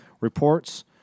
reports